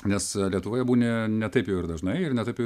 nes lietuvoje būni ne taip jau ir dažnai ir ne taip jau